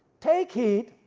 take heed,